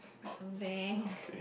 or something